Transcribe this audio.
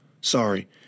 Sorry